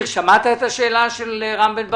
שמעת את השאלה של רם בן ברק?